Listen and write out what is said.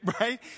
right